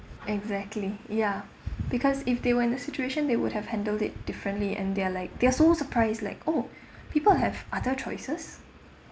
exactly ya because if they were in the situation they would have handled it differently and they are like they're so surprised like oh people have other choices